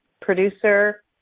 producer